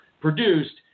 produced